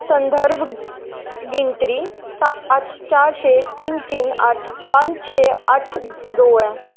संदर्भ गिनतरी सत्त अट्ठ चार छे तिन्न तिन्न अट्ठ पंज छे अट्ठ दो ऐ